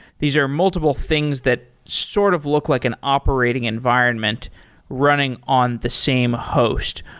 these are multiple things that sort of look like an operating environment running on the same host.